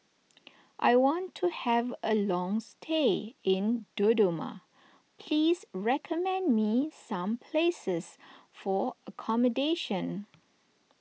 I want to have a long stay in Dodoma please recommend me some places for accommodation